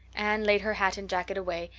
anne laid her hat and jacket away,